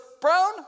Brown